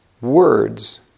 words